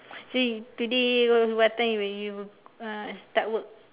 see today what time will you uh start work